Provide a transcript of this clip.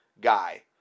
guy